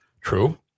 True